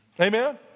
Amen